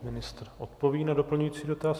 Pan ministr odpoví na doplňující dotaz.